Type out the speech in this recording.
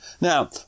Now